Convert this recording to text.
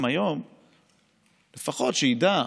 תודה רבה,